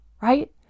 right